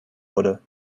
wurde